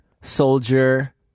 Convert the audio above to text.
soldier